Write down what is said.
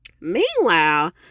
Meanwhile